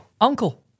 Uncle